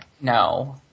No